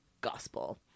gospel